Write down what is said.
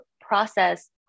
process